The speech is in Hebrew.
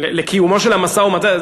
לקיומו של המשא-ומתן.